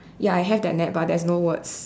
ya I have that net but there's no words